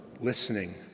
listening